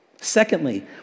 Secondly